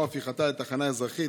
או הפיכתה לתחנה אזרחית.